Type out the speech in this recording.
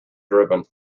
driven